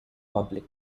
public